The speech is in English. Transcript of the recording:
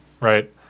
Right